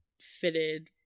fitted